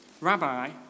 Rabbi